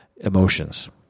emotions